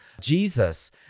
Jesus